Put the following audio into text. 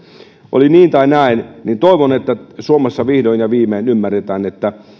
oli niin tai näin toivon että suomessa vihdoin ja viimein ymmärretään että